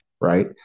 Right